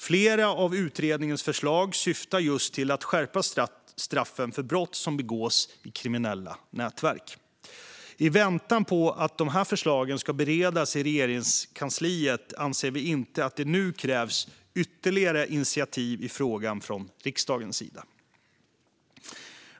Flera av utredningens förslag syftar just till att skärpa straffen för brott som begås i kriminella nätverk. I väntan på att de här förslagen ska beredas i Regeringskansliet anser vi inte att det nu krävs ytterligare initiativ i frågan från riksdagens sida.